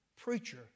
preacher